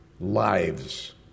lives